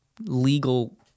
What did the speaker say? legal